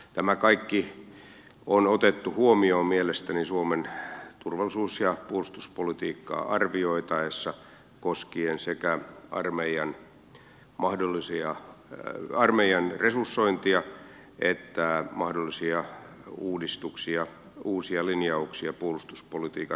tämä kaikki on otettu huomioon mielestäni suomen turvallisuus ja puolustuspolitiikkaa arvioitaessa koskien sekä armeijan resursointia että mahdollisia uudistuksia uusia linjauksia puolustuspolitiikan suuntautumista koskien